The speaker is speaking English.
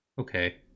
okay